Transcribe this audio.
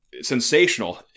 sensational